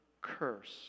curse